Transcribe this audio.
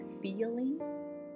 feeling